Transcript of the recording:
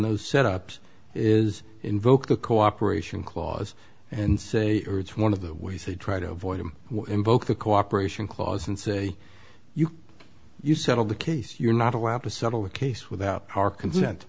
those set ups is invoke the cooperation clause and say it's one of the ways they try to avoid him invoke the cooperation clause and say you you settle the case you're not allowed to settle the case without our consent